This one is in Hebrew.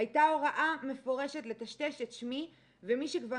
הייתה הוראה מפורשת לטשטש את שמי ומי שכבר